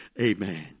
Amen